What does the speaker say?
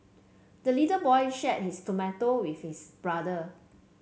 the little boy shared his tomato with his brother